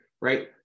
right